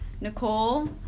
nicole